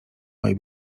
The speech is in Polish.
moje